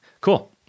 cool